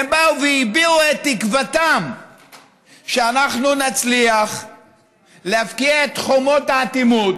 והם באו והביעו את תקוותם שאנחנו נצליח להבקיע את חומות האטימות,